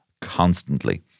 constantly